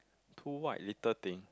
two white little thing